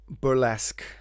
burlesque